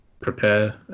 Prepare